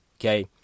Okay